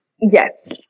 yes